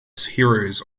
heroes